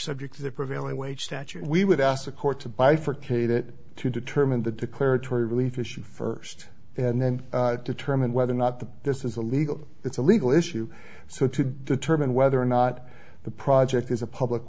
subject to the prevailing wage statute we would ask the court to bifurcate it to determine the declaratory relief issue first and then determine whether or not the this is a legal it's a legal issue so to determine whether or not the project is a public